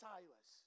Silas